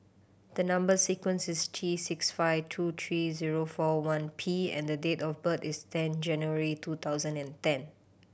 the number sequence is T six five two three zero four one P and the date of birth is ten January two thousand and ten